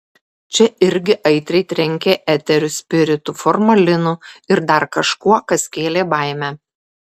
čia irgi aitriai trenkė eteriu spiritu formalinu ir dar kažkuo kas kėlė baimę